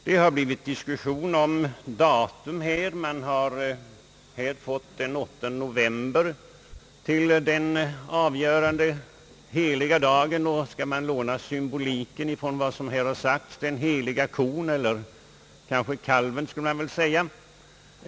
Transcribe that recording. Det har uppstått diskussion om datum — den 8 november har föreslagits som den avgörande heliga dagen och den har, om vi skall låna symboliken från vad som här har sagts, blivit den heliga kon — eller kanske får man säga den heliga kalven.